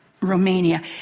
Romania